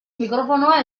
mikrofonoa